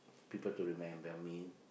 people to remember me